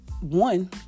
one